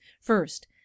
First